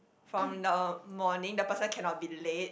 from the morning the person cannot be late